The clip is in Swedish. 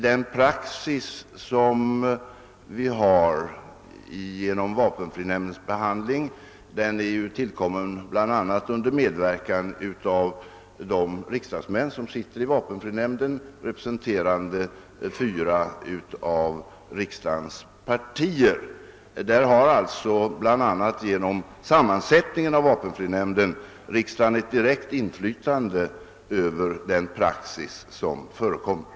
Den praxis som vi har fått genom vapenfrinämndens behandling är tillkommen under medverkan av de riksdagsmän vilka sitter i vapenfrinämnden, representerande fyra av riksdagens partier. Genom vapenfrinämndens sammansättning har riksdagen alltså ett direkt inflytande över den praxis som förekommer.